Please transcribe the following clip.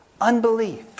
Unbelief